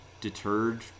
deterred